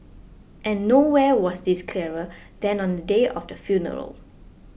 and nowhere was this clearer than on the day of the funeral